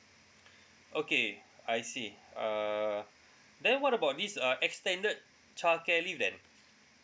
okay I see uh then what about this uh extended childcare leave then